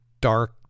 dark